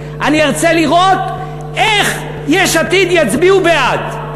אני ארצה לראות איך יש עתיד יצביעו בעד.